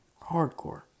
Hardcore